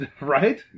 Right